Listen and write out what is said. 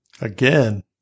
Again